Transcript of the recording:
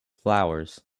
flowers